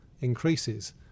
increases